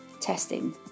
Testing